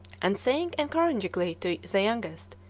and saying encouragingly to the youngest,